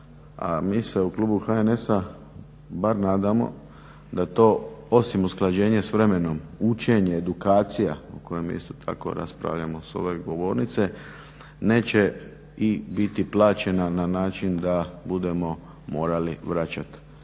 a mi se u klubu HNS-a bar nadamo da to osim usklađenja s vremenom, učenje, edukacija, o kojem isto tako raspravljamo s ove govornice, neće i biti plaćena na način da budemo morali vraćat